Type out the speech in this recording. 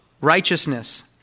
righteousness